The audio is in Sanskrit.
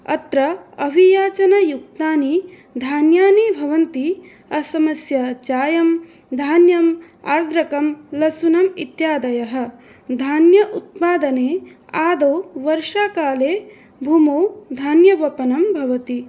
अत्र अभियाचनयुक्तानि धान्यानि भवन्ति असमस्य चायं धान्यम् आद्रकं लशुनम् इत्यादयः धान्य उत्पादने आदौ वर्षाकाले भूमौ धान्यवपनं भवति